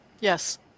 Yes